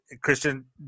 Christian